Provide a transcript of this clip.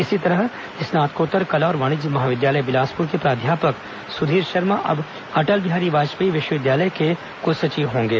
इसी तरह स्नातकोत्तर कला और वाणिज्य महाविद्यालय बिलासपुर के प्राध्यापक सुधीर शर्मा अब अटल बिहारी वाजपेयी विश्वविद्यालय के क्लसचिव होंगे